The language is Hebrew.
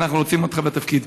שאנחנו רוצים אותך בתפקיד.